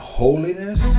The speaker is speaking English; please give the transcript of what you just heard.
holiness